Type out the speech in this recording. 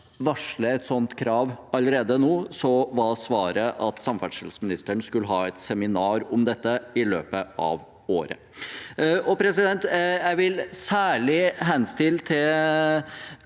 varsle et slikt krav allerede da, var svaret at samferdselsministeren skulle ha et seminar om dette i løpet av året. Jeg vil særlig henstille til